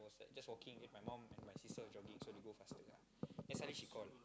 just walking and my mum and sister was jogging so they both faster then suddenly she call